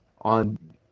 on